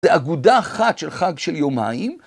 זה אגודה אחת של חג של יומיים.